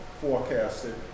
forecasted